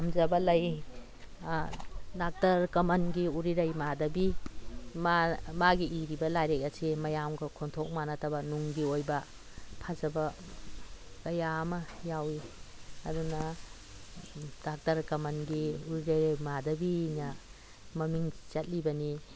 ꯄꯥꯝꯖꯕ ꯂꯩ ꯗꯥꯛꯇꯔ ꯀꯃꯜꯒꯤ ꯎꯔꯤꯔꯩ ꯃꯥꯗꯕꯤ ꯃꯥꯒꯤ ꯏꯔꯤꯕ ꯂꯥꯏꯔꯤꯛ ꯑꯁꯤ ꯃꯌꯥꯝꯒ ꯈꯣꯟꯊꯣꯛ ꯃꯥꯟꯅꯗꯕ ꯅꯨꯡꯒꯤ ꯑꯣꯏꯕ ꯐꯖꯕ ꯀꯌꯥ ꯑꯃ ꯌꯥꯎꯏ ꯑꯗꯨꯅ ꯗꯥꯛꯇꯔ ꯀꯃꯜꯒꯤ ꯎꯔꯤꯔꯩ ꯃꯥꯗꯕꯤꯅ ꯃꯃꯤꯡ ꯆꯠꯂꯤꯕꯅꯤ